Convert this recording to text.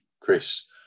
chris